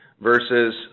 versus